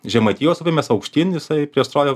žemaitijos upėmis aukštyn jisai prieš srovę